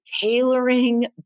tailoring